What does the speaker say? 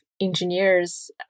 engineers